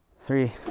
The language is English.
three